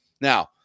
Now